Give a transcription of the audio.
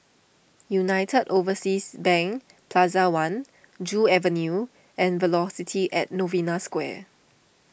United Overseas Bank Plaza one Joo Avenue and Velocity at Novena Square